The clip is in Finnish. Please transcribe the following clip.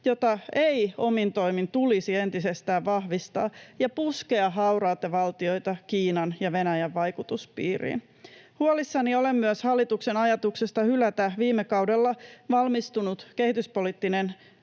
jota ei omin toimin tulisi entisestään vahvistaa ja puskea hauraita valtioita Kiinan ja Venäjän vaikutuspiiriin. Huolissani olen myös hallituksen ajatuksesta hylätä viime kaudella valmistunut kehityspoliittinen